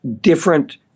different